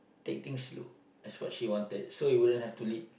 take things slow that's what she wanted so it wouldn't have to lead